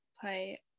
play